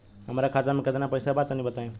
हमरा खाता मे केतना पईसा बा तनि बताईं?